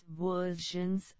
versions